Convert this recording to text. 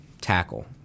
tackle